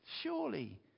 surely